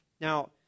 Now